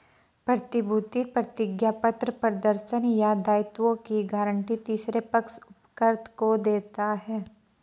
प्रतिभूति प्रतिज्ञापत्र प्रदर्शन या दायित्वों की गारंटी तीसरे पक्ष उपकृत को देता है